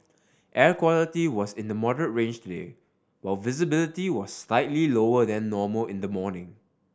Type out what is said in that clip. air quality was in the moderate range while visibility was slightly lower than normal in the morning